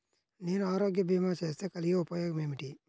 నేను ఆరోగ్య భీమా చేస్తే కలిగే ఉపయోగమేమిటీ?